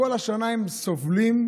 בכל השנה הם סובלים,